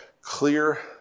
clear